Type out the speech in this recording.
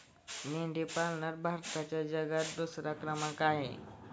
मेंढी पालनात भारताचा जगात दुसरा क्रमांक आहे